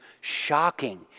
shocking